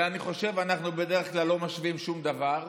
ואני חושב, אנחנו בדרך כלל לא משווים שום דבר,